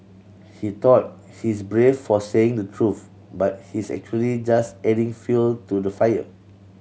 he thought he's brave for saying the truth but he's actually just adding fuel to the fire